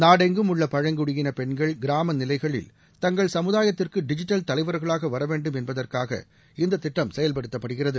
நாடெங்கும் உள்ள பழங்குடியின பெண்கள் கிராம நிலைகளில் தங்கள் சமூதாயத்திற்கு டிஜிட்டல் தலைவர்களாக வரவேண்டும் என்பதற்காக இந்தத் திட்டம் செயல்படுத்தப்படுகிறது